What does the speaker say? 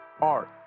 art